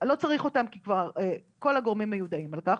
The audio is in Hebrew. ולא צריך אותם כי כבר כל הגורמים מיודעים על כך,